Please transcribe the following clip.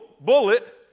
bullet